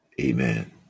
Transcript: Amen